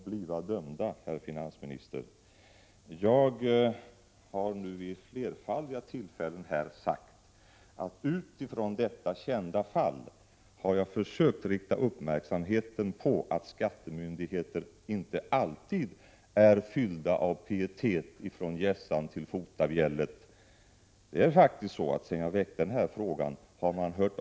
Folksam administrerar en stor del av AMF-Sjuk, vilken är en kollektiv försäkring där fackföreningsmedlemmar tvingas vara med. Det borde vara viktigt att dessa personers sjukförsäkring inte äventyras genom kortsiktiga finansaffärer.